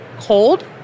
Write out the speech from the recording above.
cold